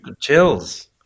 Chills